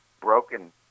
broken